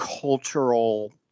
cultural